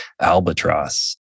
Albatross